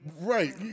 Right